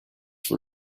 for